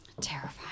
Terrifying